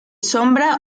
sombra